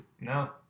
No